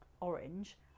orange